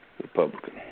Republican